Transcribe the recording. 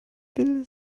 will